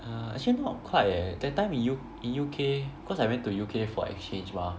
uh actually not quite eh that time in in U_K cause I went to U_K for exchange mah